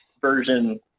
version